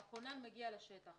מגיע לשטח.